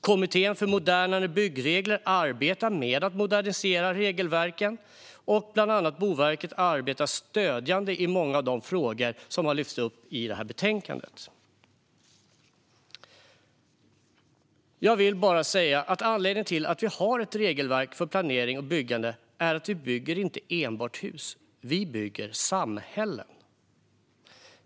Kommittén för modernare byggregler arbetar med att modernisera regelverken, och bland annat Boverket arbetar stödjande i många av de frågor som har lyfts upp i betänkandet. Jag vill bara säga att anledningen till att vi har ett regelverk för planering och byggande är att vi inte enbart bygger hus; vi bygger samhällen.